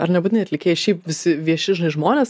ar nebūtinai atlikėjai šiaip visi vieši žinai žmonės